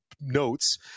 notes